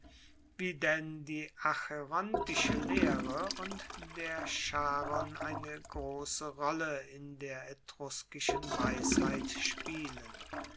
wie denn die acherontische lehre und der charon eine grosse rolle in der etruskischen weisheit spielen